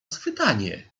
schwytanie